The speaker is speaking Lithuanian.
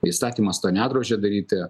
įstatymas to nedraudžia daryti